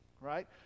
right